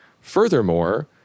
Furthermore